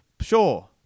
Sure